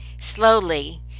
Slowly